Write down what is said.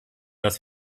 dass